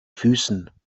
füßen